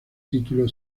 título